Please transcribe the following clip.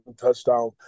touchdown